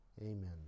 Amen